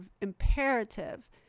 imperative